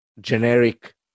generic